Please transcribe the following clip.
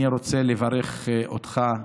אני רוצה לברך אותך,